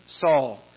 Saul